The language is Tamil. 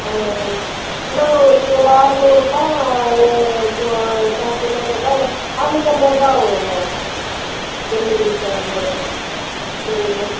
ஆ ஆ என்ன இது ஒரு ஆறநூறுபா அது போக சார்ஜ்லாம் சேர்த்தா ஒரு ஆறநூத்தம்பதுரூபா ஆகுங்க மேம் டெலிவரி சார்ஜோடு சரிங்க மேம்